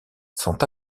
sont